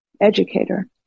educator